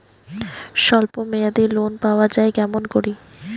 স্বল্প মেয়াদি লোন পাওয়া যায় কেমন করি?